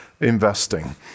investing